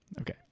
Okay